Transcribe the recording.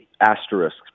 asterisk